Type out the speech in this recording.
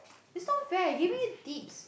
is not fair I giving you tips